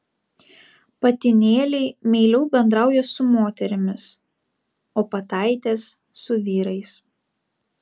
patinėliai meiliau bendrauja su moterimis o pataitės su vyrais